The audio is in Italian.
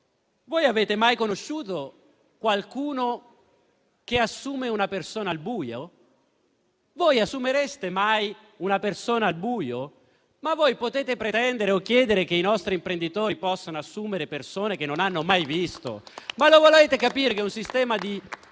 avete mai conosciuto qualcuno che assume una persona al buio? Assumereste mai una persona al buio? Potete pretendere o chiedere che i nostri imprenditori assumano persone che non hanno mai visto? Lo volete capire che un sistema